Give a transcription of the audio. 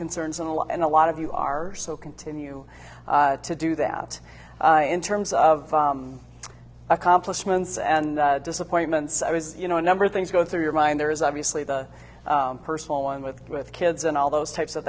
concerns in the law and a lot of you are so continue to do that in terms of accomplishments and disappointments i was you know a number of things go through your mind there is obviously the personal one with with kids and all those types of